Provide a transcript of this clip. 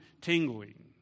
tingling